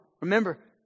Remember